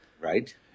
Right